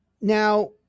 Now